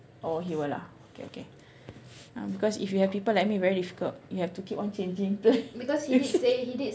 oh he will ah okay okay um because if you have people like me very difficult you have to keep on changing plans